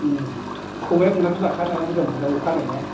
उम खबाइआ गंथामसो लाखा नाया बुरजा मोनगोनदां अखा हानाय ना